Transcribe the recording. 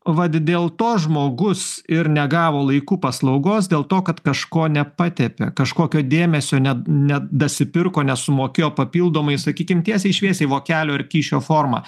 vat dėl to žmogus ir negavo laiku paslaugos dėl to kad kažko nepatepė kažkokio dėmesio ne nedasipirko nesumokėjo papildomai sakykim tiesiai šviesiai vokelio ar kyšio forma